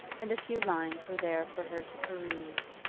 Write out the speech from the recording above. and a few lines were there for her to peruse.